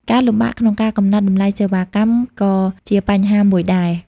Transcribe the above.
ការលំបាកក្នុងការកំណត់តម្លៃសេវាកម្មក៏ជាបញ្ហាមួយដែរ។